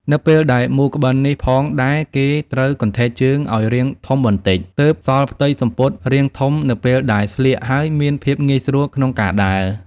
នៅពេលដែលមូរក្បិននេះផងដែរគេត្រូវកន្ធែកជើងឲ្យរាងធំបន្តិចទើបសល់ផ្ទៃសំពត់រាងធំនៅពេលដែលស្លៀកហើយមានភាពងាយស្រួលក្នុងការដើរ។